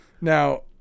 Now